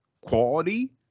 quality